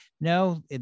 no